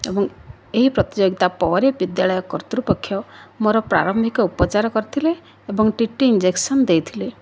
ଏବଂ ଏହି ପ୍ରତିଯୋଗିତା ପରେ ବିଦ୍ୟାଳୟ କର୍ତ୍ତୃପକ୍ଷ ମୋର ପ୍ରାରମ୍ଭିକ ଉପଚାର କରିଥିଲେ ଏବଂ ଟିଟି ଇଞ୍ଜେକ୍ସନ ଦେଇଥିଲେ